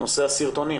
נושא הסרטונים,